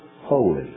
holy